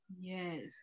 Yes